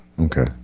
okay